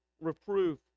reproof